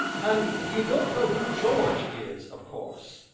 and you don't know who george is, of course?